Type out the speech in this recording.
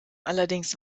allerdings